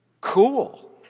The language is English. cool